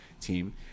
team